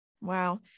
Wow